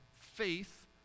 faith